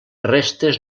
restes